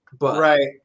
Right